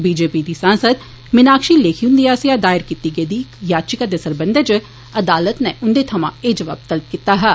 BJP दी सांसद मीनाक्षी लेखी हुन्दे आस्सेआ दायर कीती गेदी इक याचिका दे सरबंधै च अदालत नै उन्दे थमां एह जवाब तलब कीता हा